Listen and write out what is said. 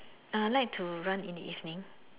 I like to run in the evening